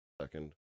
second